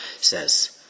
says